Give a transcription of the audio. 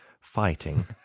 fighting